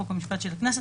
חוק ומשפט של הכנסת,